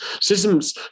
systems